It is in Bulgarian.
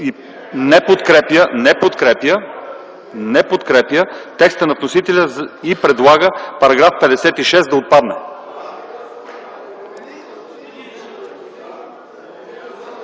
не подкрепя текста на вносителя и предлага § 78 да отпадне”.